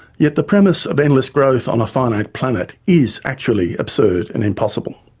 yet the premise of endless growth on a finite planet is actually absurd and impossible.